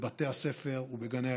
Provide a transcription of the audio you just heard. בבתי הספר ובגני הילדים.